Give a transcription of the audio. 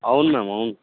అవును మ్యామ్ అవును